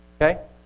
Okay